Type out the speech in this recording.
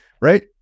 right